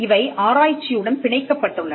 இவை ஆராய்ச்சியுடன் பிணைக்கப்பட்டுள்ளன